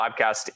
podcast